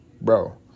bro